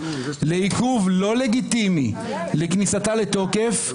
לעיכוב לא לגיטימי לכניסתה לתוקף,